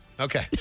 Okay